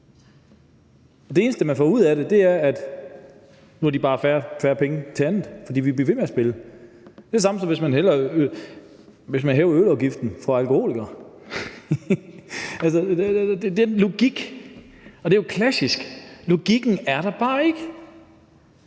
Det eneste, man får ud af det, er, at nu har de bare færre penge til andet, for de vil blive ved med at spille. Det er det samme, som hvis man hæver ølafgiften for alkoholikere. Altså, den logik! Det er jo klassisk. Logikken er der bare ikke.